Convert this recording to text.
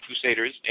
Crusaders